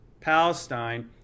Palestine